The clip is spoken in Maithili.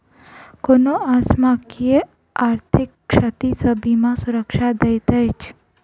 कोनो असामयिक आर्थिक क्षति सॅ बीमा सुरक्षा दैत अछि